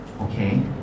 Okay